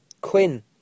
Quinn